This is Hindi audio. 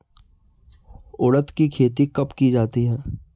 उड़द की खेती कब की जाती है?